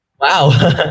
wow